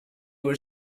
were